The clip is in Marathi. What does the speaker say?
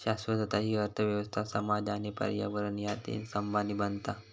शाश्वतता हि अर्थ व्यवस्था, समाज आणि पर्यावरण ह्या तीन स्तंभांनी बनता